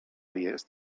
jest